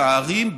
בערים,